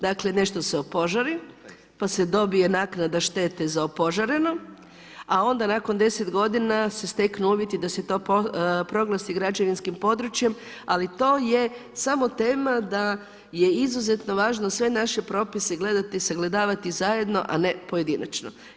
Dakle, nešto se opožari, pa se dobije naknada štete za opožareno, a onda nakon 10 godina se steknu uvjeti da se to proglasi građevinskim područjem, ali to je samo tema da je izuzetno važno sve naše propise gledati, sagledavati zajedno, a ne pojedinačno.